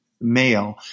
male